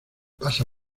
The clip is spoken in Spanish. pasa